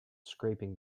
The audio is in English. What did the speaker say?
scraping